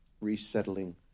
resettling